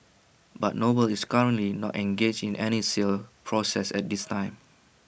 but noble is currently not engaged in any sale process at this time